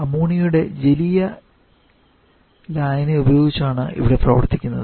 അമോണിയയുടെ ജലീയ ലായനി ഉപയോഗിച്ചാണ് ഇവിടെ പ്രവർത്തിക്കുന്നത്